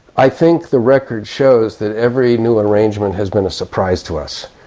i think the record shows that every new arrangement has been a surprise to us.